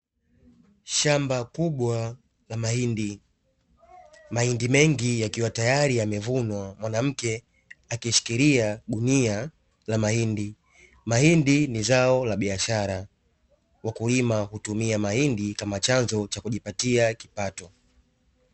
Shamba kubwa la mahindi, mahindi mengi yakiwa tayari yamevunwa, mwanamke akishikilia gunia la mahindi. Mahindi ni zao la biashara, wakulima hutumia mahindi kama chanzo cha kujipatia kipato.